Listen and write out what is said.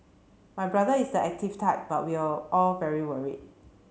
my brother is the active type but we are all very worried